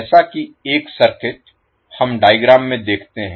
जैसा कि एक सर्किट हम डायग्राम में देखते हैं